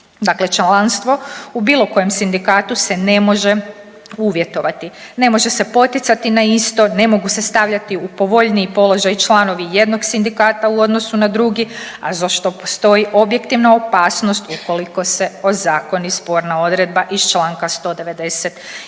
Dakle, članstvo u bilo kojem sindikatu se ne može uvjetovati, ne može se poticati na isto, ne mogu se stavljati u povoljniji položaj članovi jednog sindikata u odnosu na drugi, a za što postoji objektivna opasnost ukoliko se ozakoni sporna odredba iz članka 192.